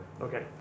Okay